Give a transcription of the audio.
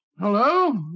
Hello